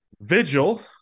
Vigil